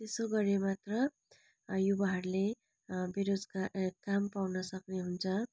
त्यसो गरे मात्र युवाहरूले बेरोजगार ए काम पाउन सक्ने हुन्छ